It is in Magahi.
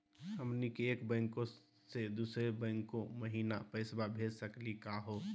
हमनी के एक बैंको स दुसरो बैंको महिना पैसवा भेज सकली का हो?